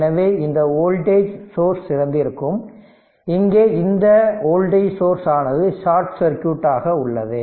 எனவே இந்த voltage source திறந்திருக்கும் இங்கே இந்த வோல்டேஜ் சோர்ஸ் ஆனது ஷார்ட் சர்க்யூட் ஆக உள்ளது